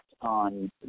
on